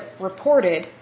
reported